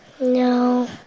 No